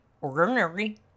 ordinary